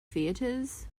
theatres